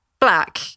Black